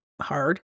hard